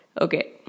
okay